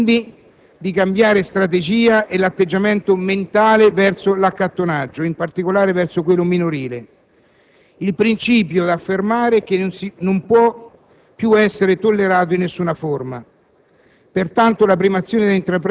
È arrivato il tempo, quindi, di cambiare strategia ed atteggiamento mentale verso l'accattonaggio, in particolare verso quello minorile. Il principio da affermare è che non può più essere tollerato in nessuna forma.